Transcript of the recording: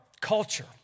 culture